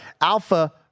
Alpha